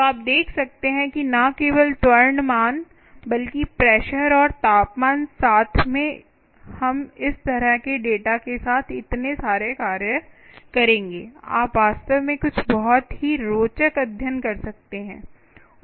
तो आप देख सकते हैं कि न केवल त्वरण मान बल्कि प्रेशर और तापमान साथ में हम इस तरह के डेटा के साथ इतने सारे कार्य करेंगे आप वास्तव में कुछ बहुत ही रोचक अध्ययन कर सकते हैं